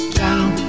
down